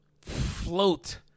float